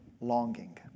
longing